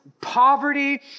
poverty